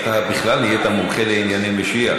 אתה בכלל נהיית מומחה לענייני משיח,